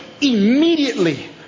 immediately